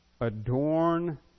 adorn